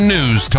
News